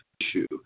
issue